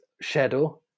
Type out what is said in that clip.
Shadow